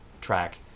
track